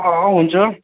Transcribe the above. अँ हुन्छ